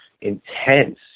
intense